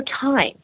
time